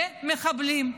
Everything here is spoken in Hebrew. למחבלים,